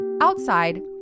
Outside